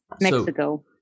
Mexico